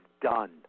done